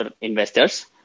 investors